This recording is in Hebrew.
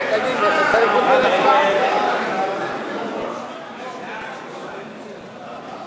ההצעה להסיר מסדר-היום את הצעת חוק הנצחת זכרם של קורבנות